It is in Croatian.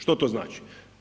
Što to znači?